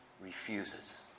refuses